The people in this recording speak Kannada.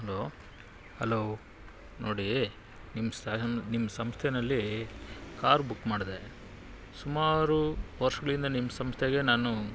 ಹಲೋ ಹಲೋ ನೋಡಿ ನಿಮ್ಮ ಸಹ ನಿಮ್ಮ ಸಂಸ್ಥೆಯಲ್ಲಿ ಕಾರು ಬುಕ್ ಮಾಡಿದ್ದೆ ಸುಮಾರು ವರ್ಷಗಳಿಂದ ನಿಮ್ಮ ಸಂಸ್ಥೆಗೆ ನಾನು